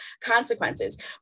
consequences